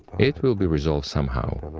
it will be resolved somehow.